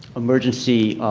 emergency